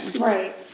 Right